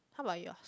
how about your